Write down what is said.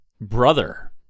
brother